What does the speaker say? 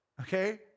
Okay